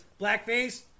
Blackface